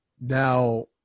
Now